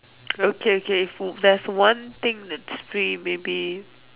okay okay there's one thing that's free maybe